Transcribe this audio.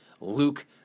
Luke